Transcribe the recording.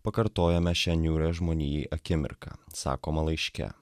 pakartojome šią niūrią žmonijai akimirką sakoma laiške